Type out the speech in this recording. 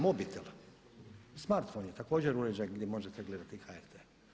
Mobitel, smartphone je također uređaj gdje možete gledati HRT.